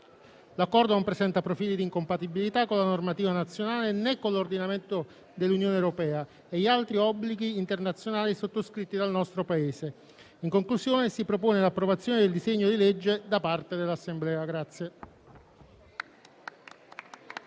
L'Accordo non presenta profili di incompatibilità con la normativa nazionale, né con l'ordinamento dell'Unione europea e gli altri obblighi internazionali sottoscritti dal nostro Paese. In conclusione, si propone l'approvazione del disegno di legge da parte dell'Assemblea.